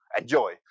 enjoy